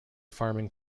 farming